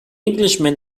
englishman